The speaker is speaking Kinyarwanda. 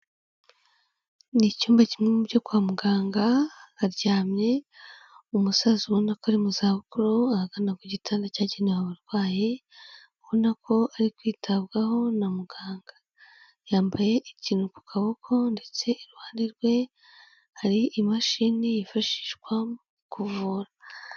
Ni icyumba kimwe mu byo kwa muganga, haryamye umusaza ubona ko ari mu zabukuru ahagana ku gitanda cyagenewe abarwayi, abona ko ari kwitabwaho na muganga. Yambaye ikintu ku kaboko ndetse iruhande rwe hari imashini yifashishwa mu kuvura.